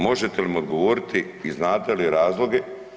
Možete li mi odgovoriti i znate li razloge?